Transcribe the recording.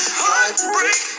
heartbreak